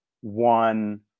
one